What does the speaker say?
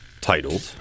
titled